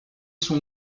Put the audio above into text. son